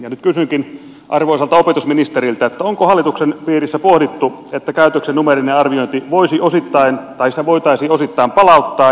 nyt kysynkin arvoisalta opetusministeriltä onko hallituksen piirissä pohdittu että käytöksen numeerista arviointia voitaisiin osittain palauttaa